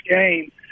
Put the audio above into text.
game